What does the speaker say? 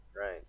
Right